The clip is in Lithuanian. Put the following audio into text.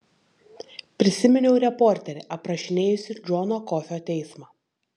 prisiminiau reporterį aprašinėjusį džono kofio teismą